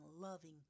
loving